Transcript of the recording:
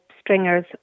stringers